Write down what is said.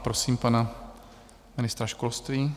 Prosím pana ministra školství.